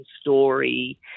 story